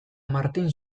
martin